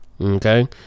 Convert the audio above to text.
okay